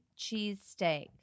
cheesesteak